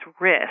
risk